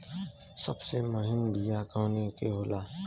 सबसे महीन बिया कवने के होला?